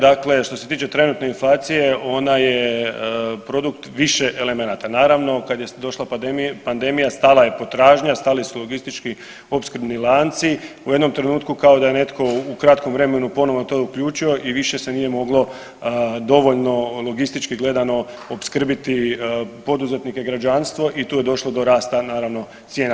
Dakle, što se tiče trenutne inflacije ona je produkt više elemenata naravno kad je došla pandemija stala je potražnja, stali su logistički opskrbni lanci, u jednom trenutku kao da je netko u kratkom vremenu ponovo to uključio i više se nije moglo dovoljno logistički gledano opskrbiti poduzetnike, građanstvo i tu je došlo do rasta naravno cijena.